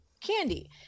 candy